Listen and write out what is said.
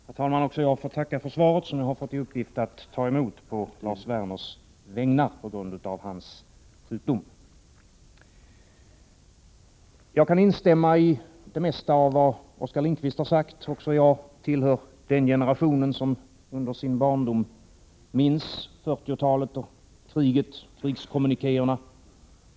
Herr talman! Också jag får tacka för svaret som jag på grund av Lars Werners sjukdom fått i uppdrag att ta emot. Jag vill instämma i det mesta av vad Oskar Lindkvist sade. Också jag tillhör den generation som från sin barndom minns 1940-talet och krigskommuniké erna.